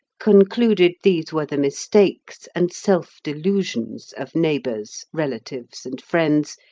concluded these were the mistakes and self-delusions of neighbors, relatives, and friends,